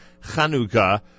Chanukah